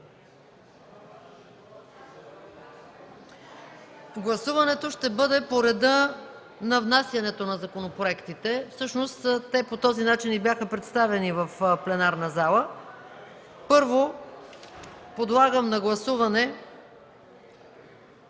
Гласуването ще бъде по реда на внасянето на законопроектите. По този начин бяха представени в пленарната зала. Първо подлагам на гласуване